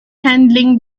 handling